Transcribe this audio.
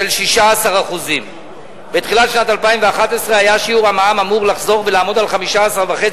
16%. בתחילת שנת 2011 היה שיעור המע"מ אמור לחזור ולעמוד על 15.5%,